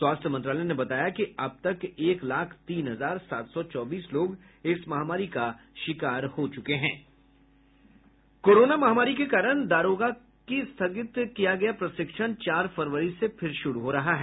स्वास्थ्य मंत्रालय ने बताया कि अब तक एक लाख तीन हजार सात सौ चौबीस लोग इस महामारी का शिकार हो चुके हैं कोरोना महामारी के कारण दारोगा का स्थगित किया गया प्रशिक्षण चार फरवरी से फिर शुरू हो रहा है